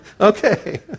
okay